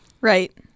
right